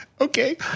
Okay